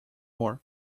more